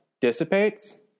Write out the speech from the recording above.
dissipates